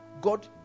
god